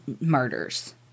murders